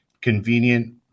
convenient